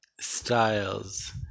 styles